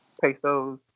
pesos